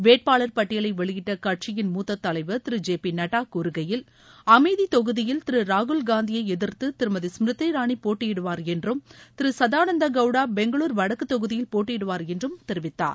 வேட்பாளர் பட்டியலை வெளியிட்ட கட்சியின் மூத்த தலைவர் திரு ஜே பி நட்டா கூறுகையில் அமேதி தொகுதியில் திரு ராகுல் காந்தியை எதிர்த்து திருமதி ஸ்மிருதி இரானி போட்டியிடுவார் என்றும் திரு சதானந்தா கவுடா பெங்களுரு வடக்கு தொகுதியில் போட்டியிடுவார் என்றும் தெரிவித்தார்